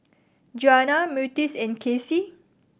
Djuana Myrtis and Kacey